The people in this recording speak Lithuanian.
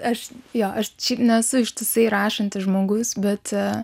aš jo aš šiaip nesu ištisai rašantis žmogus bet